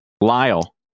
Lyle